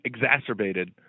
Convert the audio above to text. Exacerbated